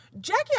Jackie